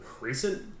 Recent